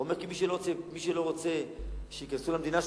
הוא אמר: כי מי שלא רוצה שייכנסו למדינה שלו,